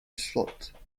slot